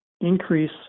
increase